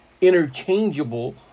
interchangeable